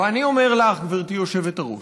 ואני אומר לך, גברתי היושבת-ראש,